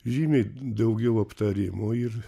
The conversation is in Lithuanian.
žymiai daugiau aptarimų ir